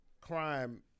crime